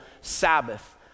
Sabbath